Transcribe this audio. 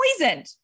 poisoned